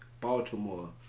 Baltimore